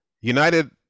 United